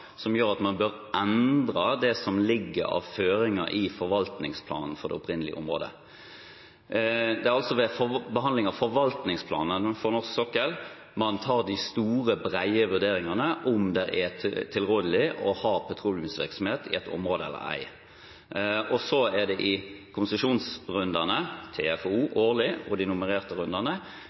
som gjør at man bør endre det som ligger av føringer i forvaltningsplanen for det opprinnelige området. Det er altså ved behandlingen av forvaltningsplanen for norsk sokkel man tar de store, brede vurderingene av om det er tilrådelig å ha petroleumsvirksomhet i et område eller ei. Deretter er det i konsesjonsrundene – TFO årlig og de nummererte rundene